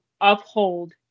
uphold